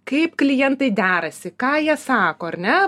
kaip klientai derasi ką jie sako ar ne